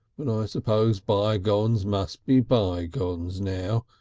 you know i suppose by-gones must be bygones now.